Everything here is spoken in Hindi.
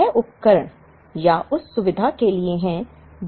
यह उपकरण या उस सुविधा के लिए है